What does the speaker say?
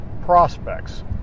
prospects